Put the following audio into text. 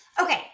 Okay